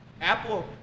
Apple